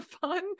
fun